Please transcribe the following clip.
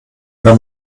wenn